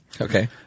Okay